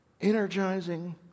energizing